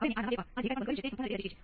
હવે આનો પ્રારંભિક ઢાળ શું છે